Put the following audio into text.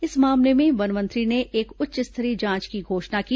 इस मामले में वन मंत्री ने एक उच्च स्तरीय जांच की घोषणा की